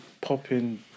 popping